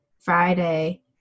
Friday